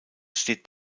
steht